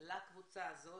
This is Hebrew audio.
לקבוצה הזאת?